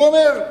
הוא אומר: